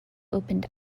opened